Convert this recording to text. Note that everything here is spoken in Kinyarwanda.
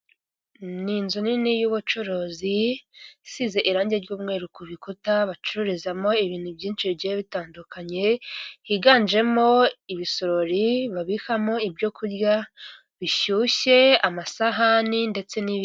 Ni inzu nini y'ubucuruzi isize irangi ry'umweru ku bikuta bacururizamo ibintu byinshi bigiye bitandukanye, higanjemo ibisorori babikamo ibyo kurya bishyushye, amasahani ndetse n'ibindi.